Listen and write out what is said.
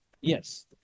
Yes